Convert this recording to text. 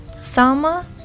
Sama